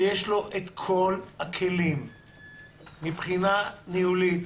כשיש לו את כל הכלים מבחינה ניהולית,